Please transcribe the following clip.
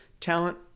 talent